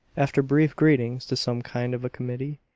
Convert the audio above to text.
after brief greetings to some kind of a committee,